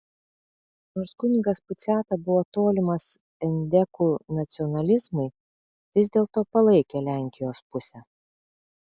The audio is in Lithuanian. nors kunigas puciata buvo tolimas endekų nacionalizmui vis dėlto palaikė lenkijos pusę